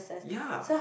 ya